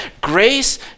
grace